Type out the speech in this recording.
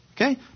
Okay